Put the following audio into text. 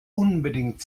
unbedingt